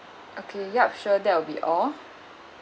okay yup sure that will be all